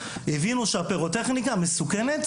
הבינו שהפירוטכניקה מסוכנת